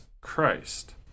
Christ